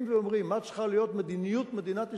ואומרים מה צריכה להיות מדיניות מדינת ישראל,